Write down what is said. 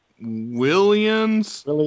Williams